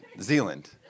zealand